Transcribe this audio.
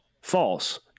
False